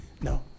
No